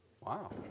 Wow